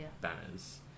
banners